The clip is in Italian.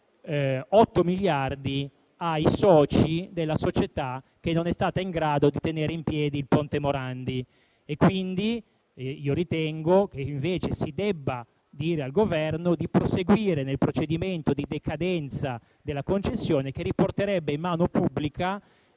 8 miliardi ai soci di una società che non è stata in grado di tenere in piedi il ponte Morandi. Ritengo invece che si debba dire al Governo di proseguire nel procedimento di decadenza della concessione, che riporterebbe in mano pubblica